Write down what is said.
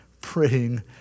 praying